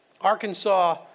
Arkansas